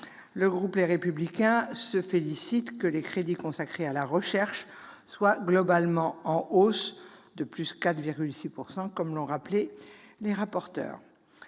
le groupe Les Républicains se félicite que les crédits consacrés à la recherche soient globalement en hausse de 4,6 %, comme l'ont rappelé les rapporteurs.